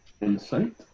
Insight